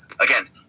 Again